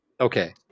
okay